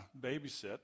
babysit